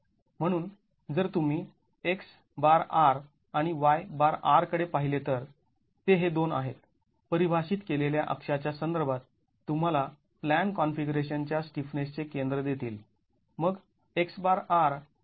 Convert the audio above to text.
म्हणून जर तुम्ही आणि कडे पाहिले तर ते हे दोन आहेत परिभाषित केलेल्या अक्षाच्या संदर्भात तुम्हाला प्लॅन कॉन्फिगरेशन च्या स्टिफनेसचे केंद्र देतील